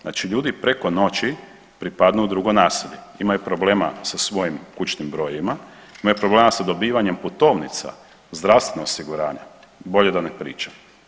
Znači ljudi preko noći pripadnu u drugo naselje, imaju problema sa svojim kućnim brojevima, imaju problema sa dobivanjem putovnica, zdravstvenog osiguranja bolje da ne pričam.